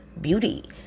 Beauty